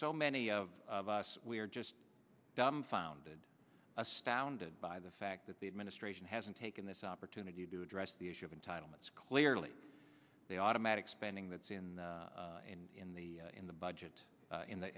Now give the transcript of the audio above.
so many of us we're just dumbfounded astounded by the fact that the administration hasn't taken this opportunity to address the issue of entitlements clearly the automatic spending that's in in the in the budget in the